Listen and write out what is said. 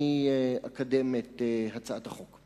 אקדם את הצעת החוק.